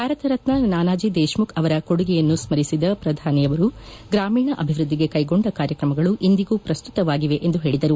ಭಾರತ ರತ್ತ ನಾನಾಜಿ ದೇಶ್ಮುಖ್ ಅವರ ಕೊಡುಗೆಯನ್ನು ಸ್ಮರಿಸಿದ್ದ ಪ್ರಧಾನಿ ಅವರು ಗ್ರಾಮೀಣ ಅಭಿವೃದ್ದಿಗೆ ಕೈಗೊಂಡ ಕಾರ್ಯಕ್ರಮಗಳು ಇಂದಿಗೂ ಪ್ರಸ್ತುತವಾಗಿವೆ ಎಂದು ಹೇಳಿದರು